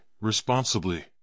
responsibly